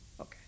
Okay